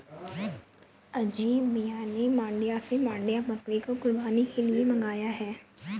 अजीम मियां ने मांड्या से मांड्या बकरी को कुर्बानी के लिए मंगाया है